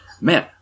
man